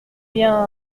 bien